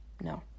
no